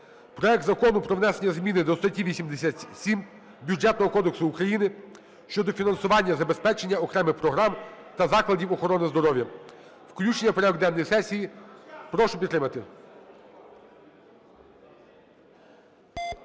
проект Закону про внесення зміни до статті 87 Бюджетного кодексу України щодо фінансування забезпечення окремих програм та закладів охорони здоров'я. Включення у порядок денний сесії. Прошу підтримати.